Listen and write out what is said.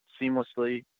seamlessly